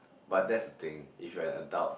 but that's the thing if you're an adult